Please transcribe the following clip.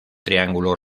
triángulo